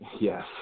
Yes